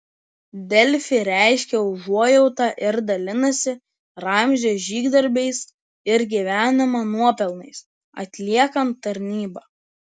delfi reiškia užuojautą ir dalinasi ramzio žygdarbiais ir gyvenimo nuopelnais atliekant tarnybą